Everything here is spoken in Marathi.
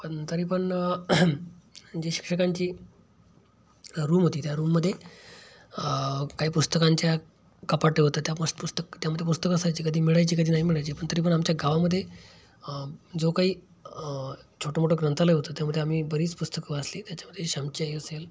पण तरी पण जे शिक्षकांची रूम होती त्या रूममध्ये काही पुस्तकांच्या कपाटे होतं त्यास् पुस्तक त्यामध्ये पुस्तकं असायची कधी मिळायची कधी नाही मिळायची पण तरी पण आमच्या गावामध्ये जो काही छोटं मोठं ग्रंथालय होतं त्यामध्ये आम्ही बरीच पुस्तकं वाचली त्याच्यामध्ये श्यामची आई असेल